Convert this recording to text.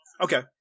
Okay